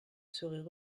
seraient